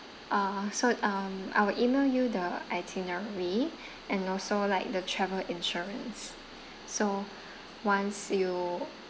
uh so um I will email you the itinerary and also like the travel insurance so once you